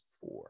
four